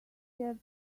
have